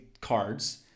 cards